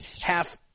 half